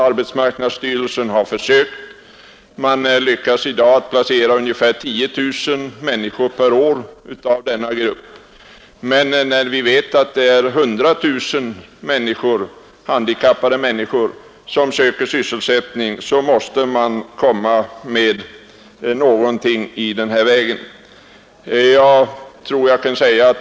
Arbetsmarknadsstyrelsen har försökt, och man lyckas numera placera ungefär 10 000 människor per år av denna grupp. Men när vi vet att 100 000 handikappade människor söker sysselsättning måste vi inse att kraftigare åtgärder behöver vidtagas.